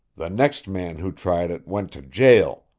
the next man who tried it went to jail,